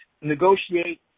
negotiate